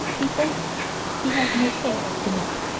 he says he has no faith in it.